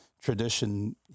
tradition